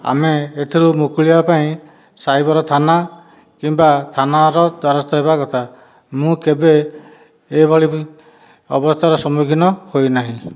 ଆମେ ଏଥିରୁ ମୁକୁଳିବା ପାଇଁ ସାଇବର ଥାନା କିମ୍ବା ଥାନାର ଦ୍ୱାରସ୍ଥ ହେବା କଥା ମୁଁ କେବେ ଏଭଳି ଅବସ୍ଥାର ସମ୍ମୁଖୀନ ହୋଇ ନାହିଁ